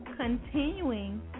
Continuing